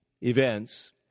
events